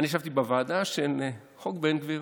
אני ישבתי בוועדה של חוק בן גביר,